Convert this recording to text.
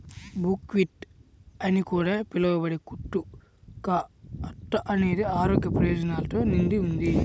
buckwheat అని కూడా పిలవబడే కుట్టు కా అట్ట అనేది ఆరోగ్య ప్రయోజనాలతో నిండి ఉంది